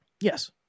Yes